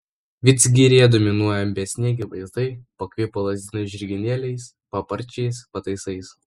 vidzgiryje dominuoja besniegiai vaizdai pakvipo lazdynų žirginėliais paparčiais pataisais